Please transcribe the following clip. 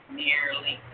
nearly